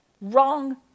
wrong